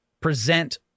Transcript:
present